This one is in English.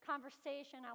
Conversation